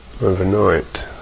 overnight